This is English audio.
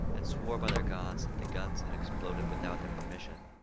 and swore by their gods that the guns had exploded without their permission.